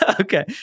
Okay